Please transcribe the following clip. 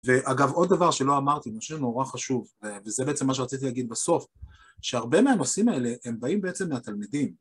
ואגב, עוד דבר שלא אמרתי, משהו נורא חשוב, אה, וזה בעצם מה שרציתי להגיד בסוף, שהרבה מהנושאים האלה, הם באים בעצם מהתלמידים.